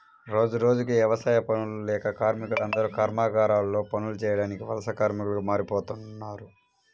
రోజురోజుకీ యవసాయ పనులు లేక కార్మికులందరూ కర్మాగారాల్లో పనులు చేయడానికి వలస కార్మికులుగా మారిపోతన్నారు